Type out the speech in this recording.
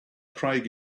craig